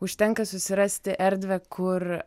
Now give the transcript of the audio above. užtenka susirasti erdvę kur